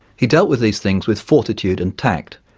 he dealt with these things with fortitude and tact,